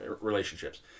relationships